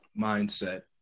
mindset